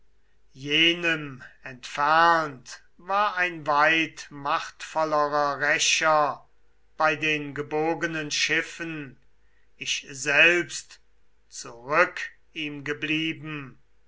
jenem entfernt war ein weit machtvollerer rächer bei den gebogenen schiffen ich selbst zurück ihm geblieben